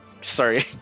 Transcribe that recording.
Sorry